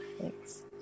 thanks